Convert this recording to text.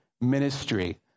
ministry